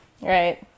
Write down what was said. Right